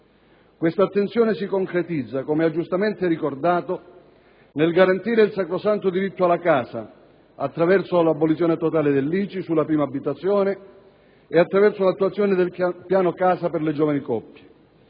Questa attenzione si concretizza come ha giustamente ricordato, nel garantire il sacrosanto diritto alla casa, attraverso l'abolizione totale dell'ICI sulla prima abitazione e l'attuazione del piano casa per le giovani coppie.